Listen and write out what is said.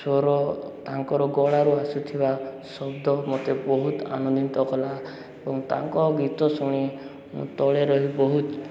ସ୍ୱର ତାଙ୍କର ଗଳାରୁ ଆସୁଥିବା ଶବ୍ଦ ମୋତେ ବହୁତ ଆନନ୍ଦିତ କଲା ଏବଂ ତାଙ୍କ ଗୀତ ଶୁଣି ମୁଁ ତଳେ ରହି ବହୁତ